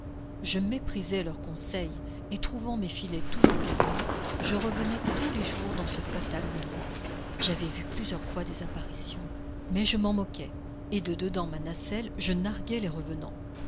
je méprisai leurs conseils et trouvant mes filets toujours garnis je revenais tous les jours dans ce fatal endroit j'avais vu plusieurs fois des apparitions mais je m'en moquais et de dedans ma nacelle je narguais les revenans